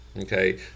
okay